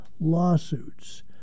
lawsuits